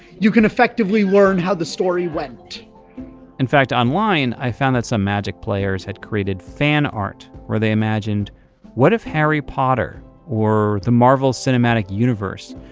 you can effectively learn how the story went in fact online, i found that some magic players had created fan art where they imagined what if harry potter or the marvel cinematic universe,